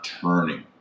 turning